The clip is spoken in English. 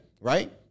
Right